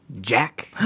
Jack